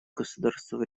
государства